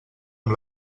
amb